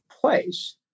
place